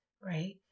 right